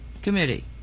committee